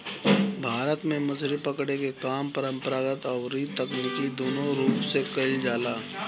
भारत में मछरी पकड़े के काम परंपरागत अउरी तकनीकी दूनो रूप से कईल जाला